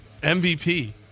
MVP